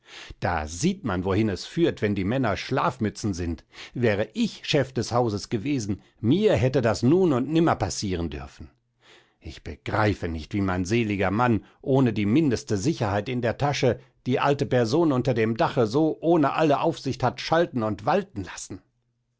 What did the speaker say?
da sieht man wohin es führt wenn die männer schlafmützen sind wäre ich chef des hauses gewesen mir hätte das nun und nimmer passieren dürfen ich begreife nicht wie mein seliger mann ohne die mindeste sicherheit in der tasche die alte person unter dem dache so ohne alle aufsicht hat schalten und walten lassen